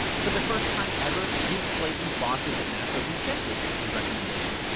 for the first time ever, deke slayton's bosses at nasa rejected his recommendation.